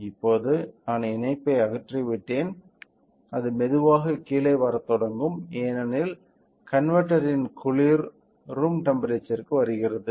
இப்போது நான் இணைப்பை அகற்றிவிட்டேன் அது மெதுவாக கீழே வரத் தொடங்கும் ஏனெனில் கன்வெர்ட்டர்ன் குளிர் ரூம் டெம்ப்பெரேச்சர்க்கு வருகிறது